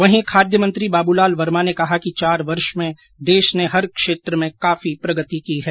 वहीं खाद्य मंत्री बाबूलाल वर्मा ने कहा कि चार वर्ष में देश ने हर क्षेत्र में काफी प्रगति की है